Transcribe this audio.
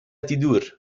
tidur